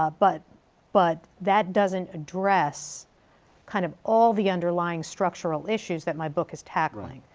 ah but but that doesn't address kind of all the underlying structural issues that my book is tackling.